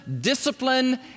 discipline